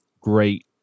great